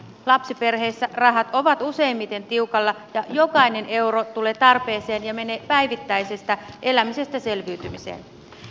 lapsiperheissä rahat ovat useimmiten tiukalla ja jokainen euro tulee tarpeeseen ja menee päivittäisestä elämisestä selviytymiseen